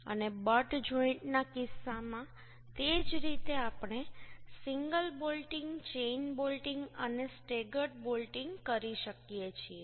અને બટ જોઈન્ટના કિસ્સામાં તે જ રીતે આપણે સિંગલ બોલ્ટિંગ ચેઈન બોલ્ટિંગ અને સ્ટેગર્ડ બોલ્ટિંગ કરી શકીએ છીએ